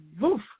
woof